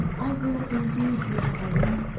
i will, indeed, miss harland.